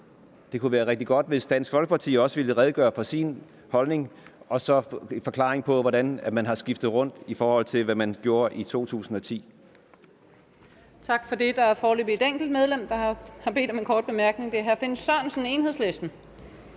det kunne være rigtig godt, hvis Dansk Folkeparti også ville redegøre for sin holdning og give en forklaring på, hvorfor man er vendt rundt i forhold til, hvad man mente i 2010. Kl. 10:54 Tredje næstformand (Camilla Hersom): Tak for det. Der er foreløbig et enkelt medlem, der har bedt om en kort bemærkning. Det er hr. Finn Sørensen, Enhedslisten.